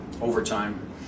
overtime